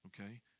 Okay